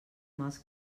mals